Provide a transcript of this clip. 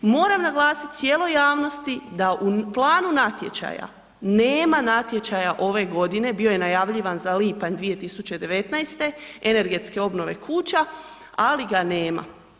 Moram naglasiti cijeloj jasnosti da u planu natječaja nema natječaja ove godine, bio je najavljivan za lipanj 2019., energetske obnove kuća, ali ga nema.